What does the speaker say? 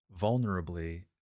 vulnerably